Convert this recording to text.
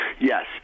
Yes